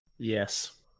Yes